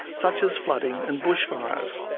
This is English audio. such as flooding and bushfires.